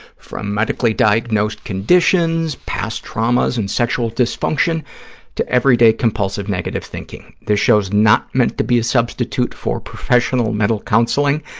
from medically diagnosed conditions, past traumas and sexual dysfunction to everyday compulsive negative thinking. this show is not meant to be a substitute for professional mental counseling.